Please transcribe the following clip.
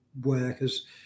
workers